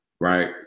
right